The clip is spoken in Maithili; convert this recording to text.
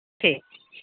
ठीक छै